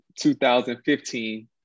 2015